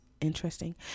interesting